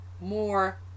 more